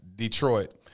Detroit